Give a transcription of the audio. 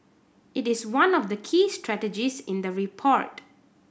it is one of the key strategies in the report